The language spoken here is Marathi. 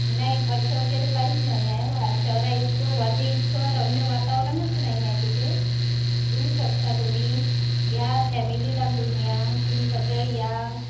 नाही खर्च वगैरे काहीच नाही आहे वा शहराइतकं वर्धे इतकं रम्य वातावरणच नाही आहे कुठे येऊ शकता तुम्ही या फॅमिलीला घेऊन या तुम्ही सगळं या